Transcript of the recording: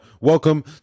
welcome